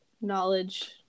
knowledge